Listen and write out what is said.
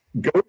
go